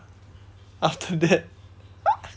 after that